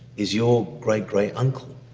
is your great-great uncle.